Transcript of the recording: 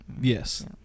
Yes